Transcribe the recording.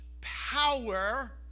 power